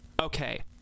okay